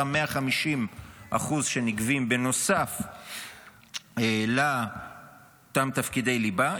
אותם 150% שנגבים בנוסף לאותם תפקידי ליבה,